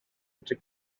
medru